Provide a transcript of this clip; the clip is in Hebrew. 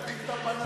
תדליק את הפנסים,